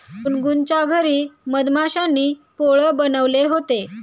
गुनगुनच्या घरी मधमाश्यांनी पोळं बनवले होते